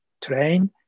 TRAIN